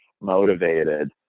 motivated